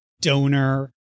donor